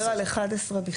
אתה מדבר על 11 בכלל?